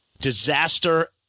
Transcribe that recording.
disaster